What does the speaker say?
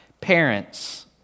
parents